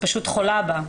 פשוט חולה בה.